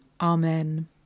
Amen